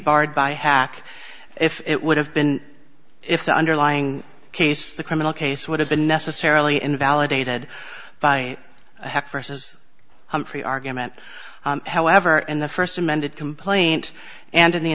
barred by hack if it would have been if the underlying case the criminal case would have been necessarily invalidated by half or says humphrey argument however in the first amended complaint and in the